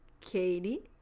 katie